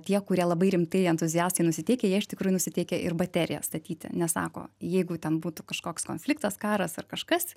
tie kurie labai rimtai entuziastai nusiteikę jie iš tikrųjų nusiteikę ir bateriją statyti nesako jeigu ten būtų kažkoks konfliktas karas ar kažkas